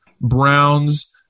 Browns